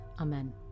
Amen